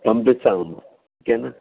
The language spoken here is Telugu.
పంపిస్తామమ్మ ఓకేనా